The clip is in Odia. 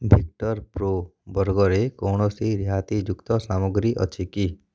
ଭିକ୍ଟର ପ୍ରୋ ବର୍ଗରେ କୌଣସି ରିହାତିଯୁକ୍ତ ସାମଗ୍ରୀ ଅଛି କି